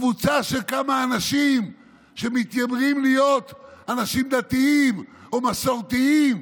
קבוצה של כמה אנשים שמתיימרים להיות אנשים דתיים או מסורתיים.